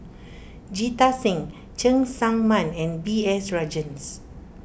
Jita Singh Cheng Tsang Man and B S Rajhans